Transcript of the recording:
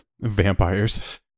vampires